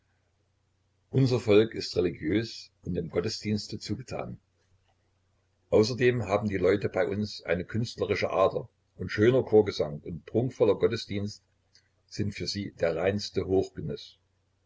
unser volk ist religiös und dem gottesdienste zugetan außerdem haben die leute bei uns eine künstlerische ader und schöner chorgesang und prunkvoller gottesdienst sind für sie der reinste